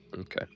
Okay